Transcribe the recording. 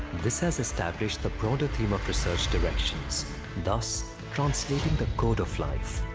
this has established the broader theme of research directions thus translating the code of life.